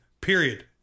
Period